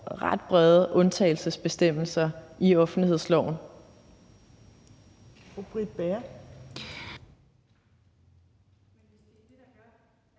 ret brede undtagelsesbestemmelser i offentlighedsloven.